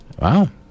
Wow